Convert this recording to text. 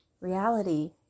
Reality